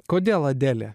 kodėl adelė